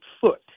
foot